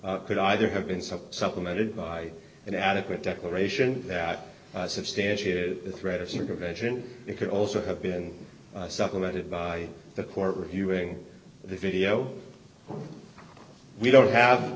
record could either have been some supplemented by an adequate declaration that substantiated the threat or supervision it could also have been supplemented by the court reviewing the video we don't have